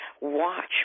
watch